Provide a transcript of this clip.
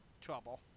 trouble